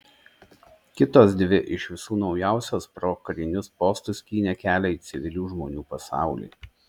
kitos dvi iš visų naujausios pro karinius postus skynė kelią į civilių žmonių pasaulį